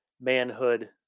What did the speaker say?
manhood